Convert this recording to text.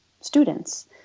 students